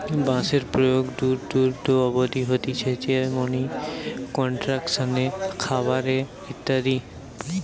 বাঁশের প্রয়োগ দূর দূর অব্দি হতিছে যেমনি কনস্ট্রাকশন এ, খাবার এ ইত্যাদি